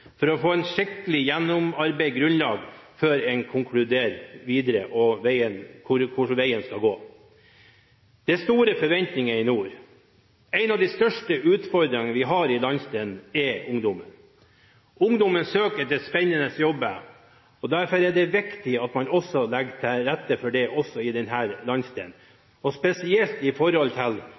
for å få et skikkelig gjennomarbeidet grunnlag før en konkluderer videre hvor veien skal gå videre. Det er store forventninger i nord. En av de største utfordringene i landsdelen er ungdommen. Ungdommen søker til spennende jobber. Derfor er det viktig at man legger til rette for det også i denne landsdelen, spesielt